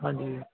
ਹਾਂਜੀ